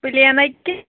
پُلیٖن ہا کِنہٕ